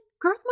growth